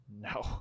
No